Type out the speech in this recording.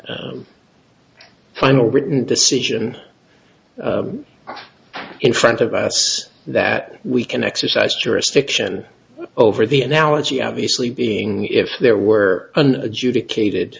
final written decision in front of us that we can exercise jurisdiction over the analogy obviously being if there were an adjudicated